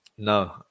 No